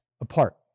apart